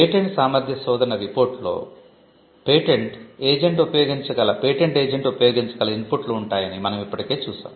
patent సామర్థ్య శోధన report లో పేటెంట్ ఏజెంట్ ఉపయోగించగల ఇన్పుట్లు ఉంటాయని మనం ఇప్పటికే చూశాం